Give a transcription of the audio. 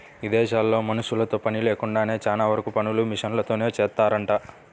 ఇదేశాల్లో మనుషులతో పని లేకుండా చానా వరకు పనులు మిషనరీలతోనే జేత్తారంట